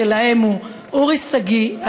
שלהם הוא: אורי שגיא,